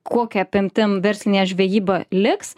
kokia apimtim verslinė žvejyba liks